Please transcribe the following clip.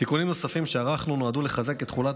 תיקונים נוספים שערכנו נועדו לחזק את תחולת